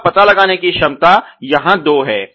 तो पता लगाने की क्षमता यहां दो है